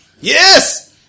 Yes